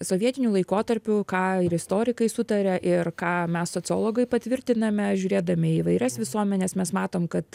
sovietiniu laikotarpiu ką ir istorikai sutaria ir ką mes sociologai patvirtiname žiūrėdami į įvairias visuomenes mes matom kad